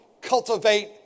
cultivate